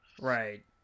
right